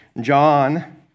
John